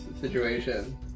situation